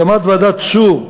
הקמת ועדת צור,